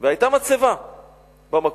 והיתה מצבה במקום.